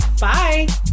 Bye